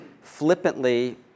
flippantly